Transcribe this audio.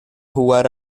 jugar